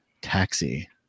taxi